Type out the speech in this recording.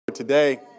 today